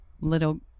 little